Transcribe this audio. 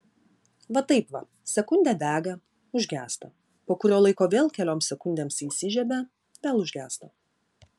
va taip va sekundę dega užgęsta po kurio laiko vėl kelioms sekundėms įsižiebia vėl užgęsta